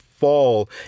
fall